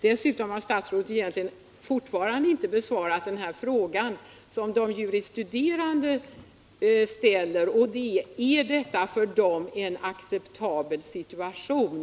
Dessutom har statsrådet fortfarande inte besvarat den fråga som de juris studerande ställer: Är detta en för dem acceptabel situation?